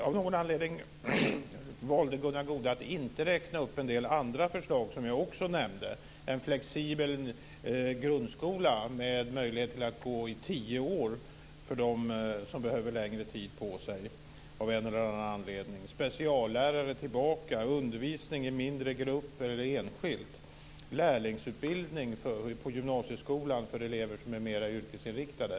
Av någon anledning valde Gunnar Goude att inte räkna upp en del andra förslag, som jag också nämnde: en flexibel grundskola med möjlighet att gå tio år för dem som behöver längre tid på sig av en eller annan anledning, speciallärare tillbaka, undervisning i mindre grupp eller enskilt, lärlingsutbildning på gymnasieskolan för elever som är mer yrkesinriktade.